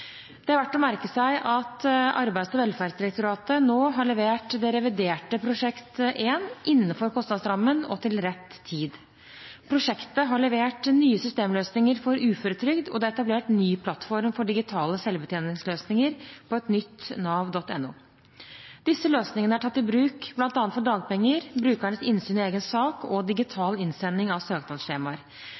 Det er verdt å merke seg at Arbeids- og velferdsdirektoratet nå har levert det reviderte Prosjekt 1 innenfor kostnadsrammen og til rett tid. Prosjektet har levert nye systemløsninger for uføretrygd, og det er etablert ny plattform for digitale selvbetjeningsløsninger på et nytt nav.no. Disse løsningene er tatt i bruk bl.a. for dagpenger, brukernes innsyn i egen sak og digital innsending av søknadsskjemaer.